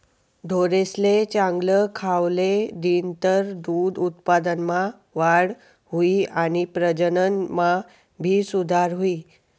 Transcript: ढोरेसले चांगल खावले दिनतर दूध उत्पादनमा वाढ हुई आणि प्रजनन मा भी सुधार हुई